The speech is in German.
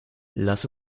lass